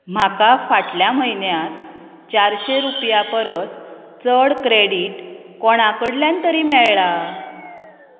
म्हाका फाटल्या म्हयन्यांत चारशे रुपया परस चड क्रॅडीट कोणा कडल्यान तरी मेळ्ळां